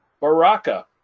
Baraka